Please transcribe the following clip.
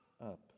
up